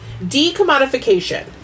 decommodification